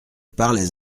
parlais